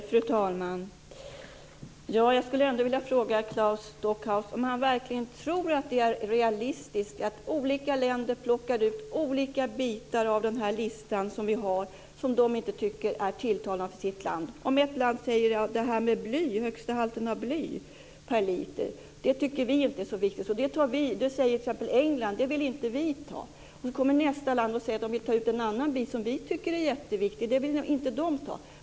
Fru talman! Jag vill ändå fråga Claes Stockhaus om han verkligen tror att det är realistiskt att olika länder plockar ut olika bitar av listan som de inte tycker är tilltalande. Om man i ett land säger: Det här med högsta halten av bly per liter tycker inte vi är så viktigt, så det vill inte vi ha. Så säger man t.ex. i England. Sedan kommer nästa land och säger att man där vill ta ut en annan bit som Sverige tycker är jätteviktig, men som det landet inte vinner på.